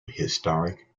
historic